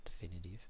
definitive